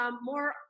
more